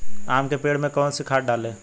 आम के पेड़ में कौन सी खाद डालें?